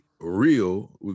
real